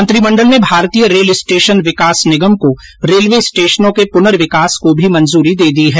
मंत्रिमंडल ने भारतीय रेल स्टेशन विकास निगम को रेलवे स्टेशनों के पुनर्विकास को भी मंजूरी दे दी है